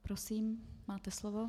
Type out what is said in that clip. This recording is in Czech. Prosím, máte slovo.